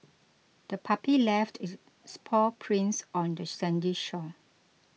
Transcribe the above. the puppy left its spoil prints on the sandy shore